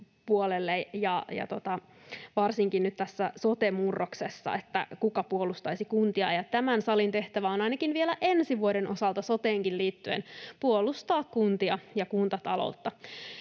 nyt tässä sote-murroksessa, että kuka puolustaisi kuntia. Tämän salin tehtävä on ainakin vielä ensi vuoden osalta soteenkin liittyen puolustaa kuntia ja kuntataloutta,